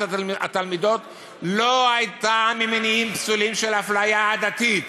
התלמידות לא הייתה ממניעים פסולים של אפליה עדתית.